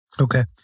Okay